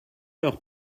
leur